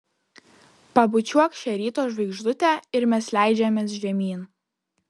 pabučiuok šią ryto žvaigždutę ir mes leidžiamės žemyn